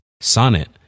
Sonnet